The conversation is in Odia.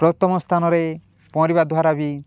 ପ୍ରଥମ ସ୍ଥାନରେ ପହଁରିବା ଦ୍ୱାରା ବି